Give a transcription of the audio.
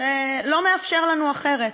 שלא מאפשרים לנו אחרת.